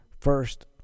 first